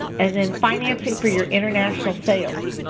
and then financing for your international sales.